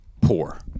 Poor